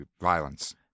violence